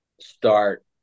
start